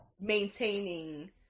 maintaining